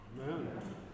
Amen